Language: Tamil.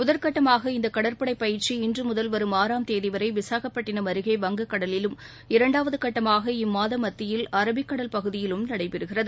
முதல் கட்டமாக இந்த கடற்பனட பயிற்சி இன்று முதல் வரும் ஆறாம் தேதி வரை விசாகப்பட்டினம் அருகே வங்கக் கடலிலும் இரண்டாவது கட்டமாக இம்மாத மத்தியில் அரபிக் கடல் பகுதியிலும் நடைபெறுகிறது